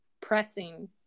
pressing